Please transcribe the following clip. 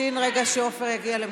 נמתין רגע שעפר יגיע למקומו.